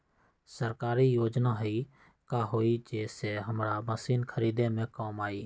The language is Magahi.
सरकारी योजना हई का कोइ जे से हमरा मशीन खरीदे में काम आई?